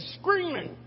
screaming